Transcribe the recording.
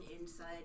inside